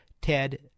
Ted